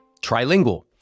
Trilingual